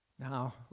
Now